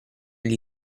gli